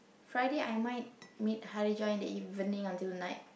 Friday I might meet Harijah in the evening until night